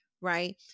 right